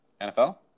NFL